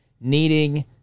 needing